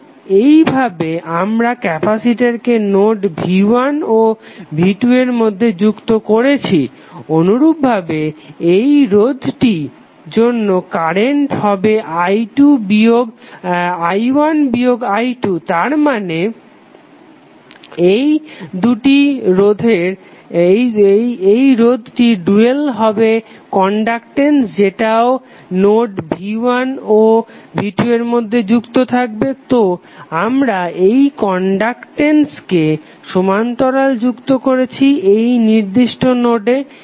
তো এইভাবে আমরা ক্যাপাসিটরটিকে নোড v1 ও v2 এর মধ্যে যুক্ত করেছি অনুরূপভাবে এই রোধটির জন্য কারেন্ট হবে i1 বিয়োগ i2 তারমানে এই রোধটির ডুয়াল হলো কনডাকটেন্স যেটাও নোড v1 ও v2 এর মধ্যে যুক্ত থাকবে তো আমরা এই কনডাকটেন্সকে সমান্তরালে যুক্ত করেছি এই নির্দিষ্ট নোডে